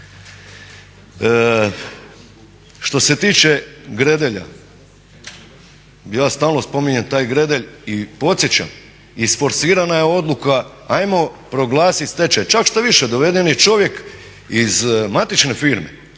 Što se tiče Gredelja, ja stalno spominjem taj Gredelj i podsjećam isforsirana je odluka, ajmo proglasit stečaj. Čak štoviše, doveden je čovjek iz matične firme